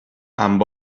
amb